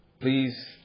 Please